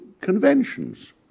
conventions